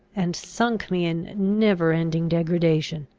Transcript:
and sunk me in never-ending degradation!